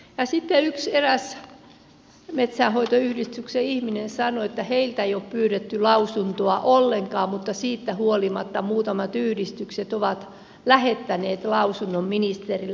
sitten eräs metsänhoitoyhdistyksen ihminen sanoi että heiltä ei ole pyydetty lausuntoa ollenkaan mutta siitä huolimatta muutamat yhdistykset ovat lähettäneet lausunnon ministeriölle